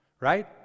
right